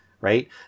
right